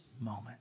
moment